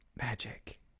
Magic